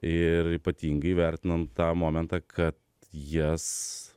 ir ypatingai vertinant tą momentą kad jas